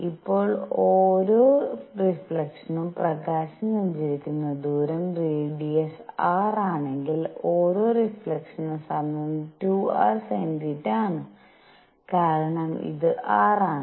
ഇപ്പോൾ ഓരോ റീഫ്ലക്ഷനും പ്രകാശം സഞ്ചരിക്കുന്ന ദൂരം റേഡിയസ് r ആണെങ്കിൽ ഓരോ റീഫ്ലക്ഷനും സമയം 2 r sinθ ആണ് കാരണം ഇത് r ആണ്